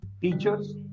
teachers